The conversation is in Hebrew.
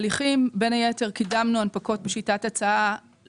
אני רוצה לציין את המהלך הגדול שרשות לניירות ערך